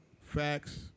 facts